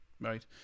right